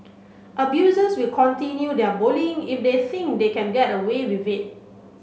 abusers will continue their bullying if they think they can get away